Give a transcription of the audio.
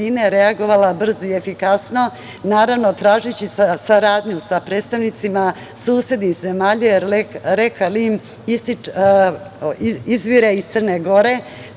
reagovala brzo i efikasno, naravno tražeći saradnju sa predstavnicima susednih zemalja, jer reka Lim izvire iz Crne Gore,